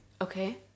Okay